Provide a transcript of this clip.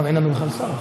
אין לנו בכלל שר.